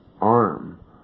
arm